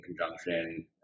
conjunction